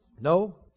No